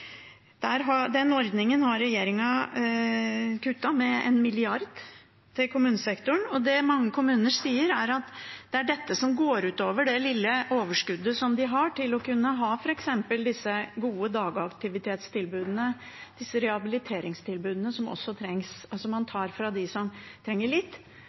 det mange kommuner sier, er at det er dette som går ut over det lille overskuddet som de har til å kunne ha f.eks. disse gode dagaktivitetstilbudene, disse rehabiliteringstilbudene som også trengs, og som man også tar fra dem som trenger litt,